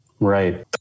Right